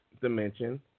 dimension